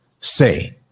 say